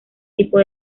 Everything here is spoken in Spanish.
tipo